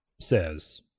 says